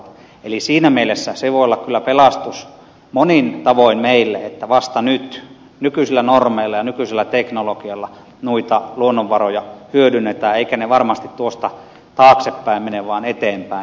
eli siinä mielessä se voi olla kyllä pelastus monin tavoin meille että vasta nyt nykyisillä normeilla ja nykyisellä teknologialla noita luonnonvaroja hyödynnetään eivätkä ne varmasti tuosta taaksepäin mene vaan eteenpäin